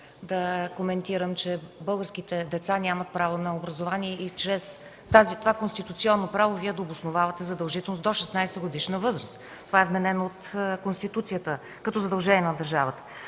да коментирам, че българските деца нямат право на образование или чрез това конституционно право Вие да обосновавате задължителност до 16-годишна възраст. Това е вменено от Конституцията като задължение на държавата.